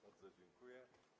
Bardzo dziękuję.